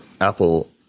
Apple